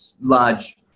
large